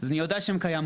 אז אני יודע שהן קיימות.